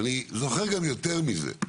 אני זוכר גם יותר מזה,